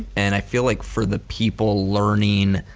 and i feel like for the people learning